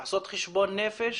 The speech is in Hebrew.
לעשות חשבון נפש